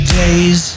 days